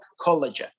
collagen